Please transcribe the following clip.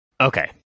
Okay